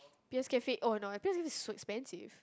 P_S-Cafe oh no P_S-Cafe is so expensive